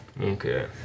Okay